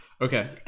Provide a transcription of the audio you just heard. Okay